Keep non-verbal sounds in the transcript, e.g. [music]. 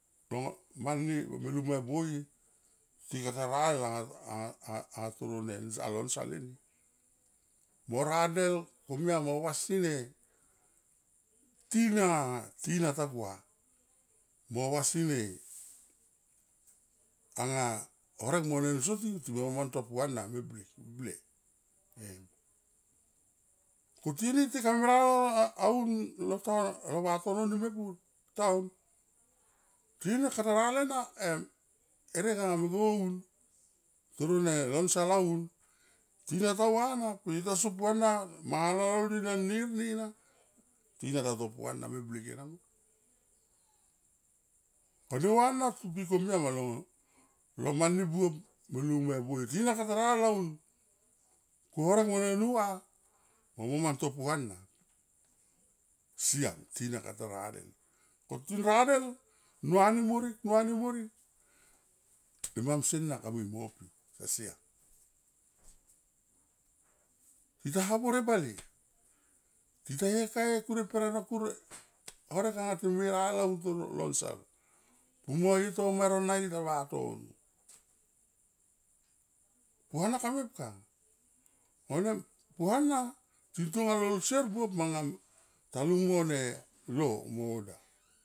Long mani me lung mo e boye tikata radel anga [hesitation] toro ne alo nsal eni, mo radel koma mo vasi ne tina, tina ta gua mo vasi ne anga horek mo nen soti timo man to puana meblik ble e, kuti ni tika [unintelligible] aun lo town lo vatono ni mepur town tina kata radel ena em herek anga mo go un toro ne lonsal aun tina ta va na ku yo ta so puana mana lol di nen nir ni na tina ta to puana me blik ena ma kone va na ti pi komia ma lo, lo mani buop me lung me bo ye tina kata radel aun ku horek mo nen nu va mo moman to puana siam tina kata radel kon ti radel ngua ni morik, ngua ni morik ne mamsie na kamui mopi siam, tita habor e bale. Tita ye kae kur e per no kur e horek anga ti me ye radel [hesitation] aun lonsal, pumo ye toma rona tania vatono, puana ka mepka vanem puana ting tonga lolsier buop manga ta lung mone lo mo order. [noise]